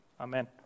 amen